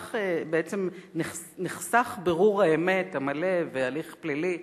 כך בעצם נחסך בירור האמת המלא ונחסך הליך פלילי,